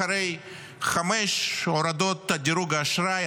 אחרי חמש הורדות דירוג האשראי,